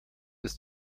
ist